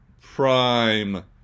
prime